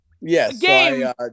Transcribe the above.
Yes